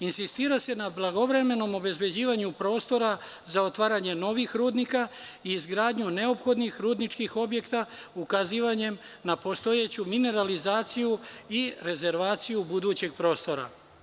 Insistira se na blagovremenom obezbeđivanju prostora za otvaranje novih rudnika i izgradnju neophodnih rudničkih objekata ukazivanjem na postojeću mineralizaciju i rezervaciju budućeg prostora.